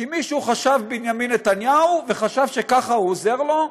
כי מישהו חשב בנימין נתניהו וחשב שככה הוא עוזר לו,